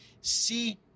see